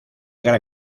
gran